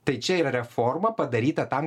tai čia yra reforma padaryta tam